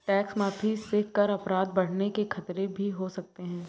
tax माफी से कर अपराध बढ़ने के खतरे भी हो सकते हैं